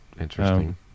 interesting